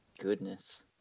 Goodness